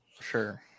Sure